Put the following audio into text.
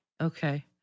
Okay